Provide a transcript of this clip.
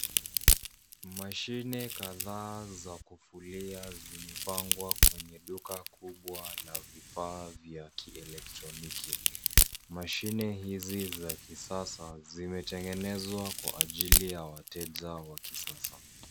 Mashine kadhaa za kufulia zimepangwa kwenye duka kubwa la vifaa vya kielektroniki. Mashine hizi za kisasa zimetengenezwa kwa ajili ya wateja wa kisasa.